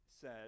says